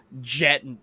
jet